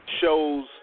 shows